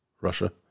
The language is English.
Russia